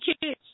kids